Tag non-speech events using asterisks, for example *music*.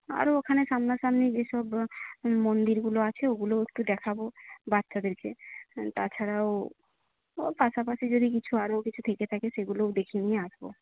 আরও ওখানে সামনা সামনি যেসব মন্দিরগুলো আছে ওগুলোও একটু দেখাব বাচ্চাদেরকে তাছাড়াও *unintelligible* পাশাপাশি যদি কিছু আরো কিছু থেকে থাকে সেগুলোও দেখিয়ে নিয়ে আসবো